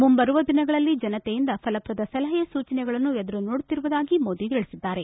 ಮುಂಬರುವ ದಿನಗಳಲ್ಲಿ ಜನತೆಯಿಂದ ಫಲಪ್ರದ ಸಲಹೆ ಸೂಚನೆಗಳನ್ನು ಎದುರು ನೋಡುತ್ತಿರುವುದಾಗಿ ಮೋದಿ ತಿಳಿಸಿದ್ದಾರೆ